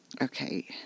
Okay